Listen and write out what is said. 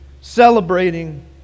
celebrating